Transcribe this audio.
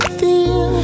feel